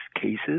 cases